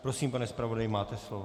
Prosím, pane zpravodaji, máte slovo.